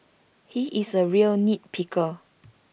he is A real nit picker